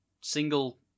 single